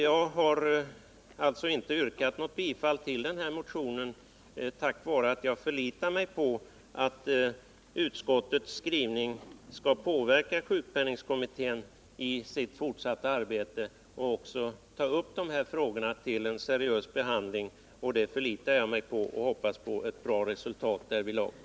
Jag har inte yrkat bifall till vår motion, eftersom jag förlitar mig på att utskottets skrivning skall påverka sjukpenningkommittén i dess fortsatta arbete så att man tar upp dessa frågor till en seriös behandling. Jag hoppas nu att kommittén skall kunna redovisa ett bra resultat i det här avseendet.